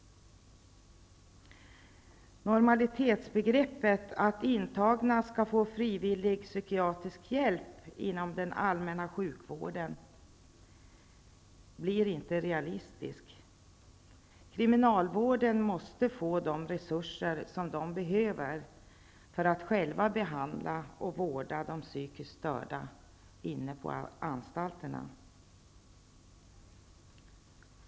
Normalitetsbegreppet, att intagna skall få frivillig psykiatrisk hjälp inom den allmänna sjukvården, är inte realistiskt. Kriminalvården måste få de resurser som den behöver för att själv klara behandling och vård av de psykiskt störda inne på anstalterna.